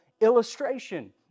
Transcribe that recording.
illustration